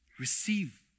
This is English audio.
Receive